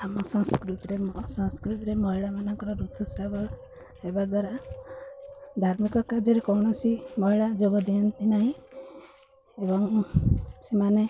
ଆମ ସଂସ୍କୃତିରେ ମ ସଂସ୍କୃତିରେ ମହିଳାମାନଙ୍କର ଋତୁସ୍ରାବ ହେବା ଦ୍ୱାରା ଧାର୍ମିକ କାର୍ଯ୍ୟରେ କୌଣସି ମହିଳା ଯୋଗ ଦିଅନ୍ତି ନାହିଁ ଏବଂ ସେମାନେ